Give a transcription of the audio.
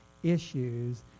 issues